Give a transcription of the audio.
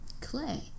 clay